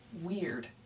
weird